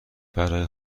برای